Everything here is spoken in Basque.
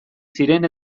ziren